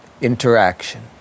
interaction